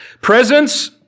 Presence